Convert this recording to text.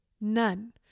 none